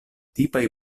tipaj